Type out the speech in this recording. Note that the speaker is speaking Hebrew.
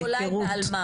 זה אולי באלמ"ב.